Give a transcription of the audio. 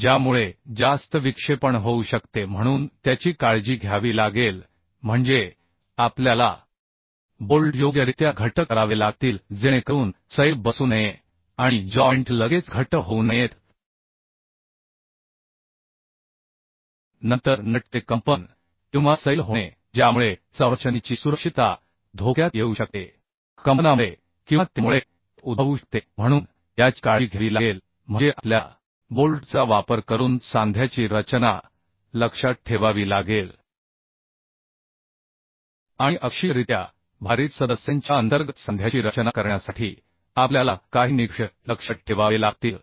ज्यामुळे जास्त विक्षेपण होऊ शकते म्हणून त्याची काळजी घ्यावी लागेल म्हणजे आपल्याला बोल्ट योग्यरित्या घट्ट करावे लागतील जेणेकरून सैल बसू नये आणि जॉइंट लगेच घट्ट होऊ नयेत नंतर नट चे कंपन किंवा सैल होणे ज्यामुळे संरचनेची सुरक्षितता धोक्यात येऊ शकते कंपनामुळे किंवा त्यामुळे ते उद्भवू शकते म्हणून याची काळजी घ्यावी लागेल म्हणजे आपल्याला बोल्टचा वापर करून सांध्याची रचना लक्षात ठेवावी लागेल आणि अक्षीयरित्या भारित सदस्यांच्या अंतर्गत सांध्याची रचना करण्यासाठी आपल्याला काही निकष लक्षात ठेवावे लागतील